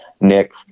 Nick